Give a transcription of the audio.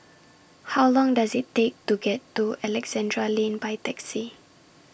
How Long Does IT Take to get to Alexandra Lane By Taxi